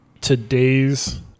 today's